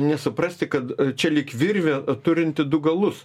nesuprasti kad čia lyg virvė turinti du galus